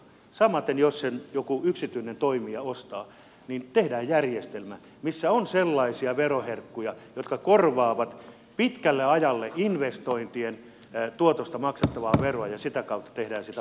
samaten jos sen joku yksityinen toimija ostaa tehdään järjestelmä missä on sellaisia veroherkkuja jotka korvaavat pitkälle ajalle investointien tuotosta maksettavaa veroa ja sitä kautta tehdään siitä houkutteleva